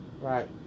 Right